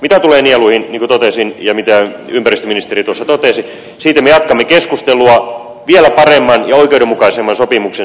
mitä tulee nieluihin niin kuin totesin ja mitä ympäristöministeri totesi siitä me jatkamme keskustelua vielä paremman ja oikeudenmukaisemman sopimuksen saamiseksi suomalaisille